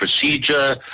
procedure